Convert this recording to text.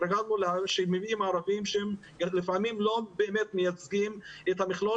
התרגלנו שמביאים ערבים שהם לפעמים לא מייצגים את המכלול